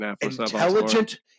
intelligent